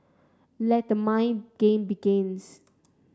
let the mind game begins